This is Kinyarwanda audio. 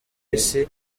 isi